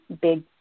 big